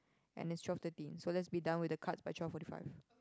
and it's twelve thirty so let's be done with the cards by twelve forty five